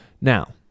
Now